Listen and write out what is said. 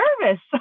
nervous